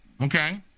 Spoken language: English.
Okay